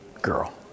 girl